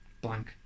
blank